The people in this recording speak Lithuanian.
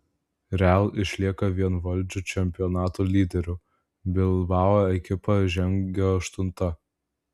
real išlieka vienvaldžiu čempionato lyderiu bilbao ekipa žengia aštunta